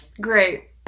great